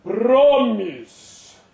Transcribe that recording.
Promise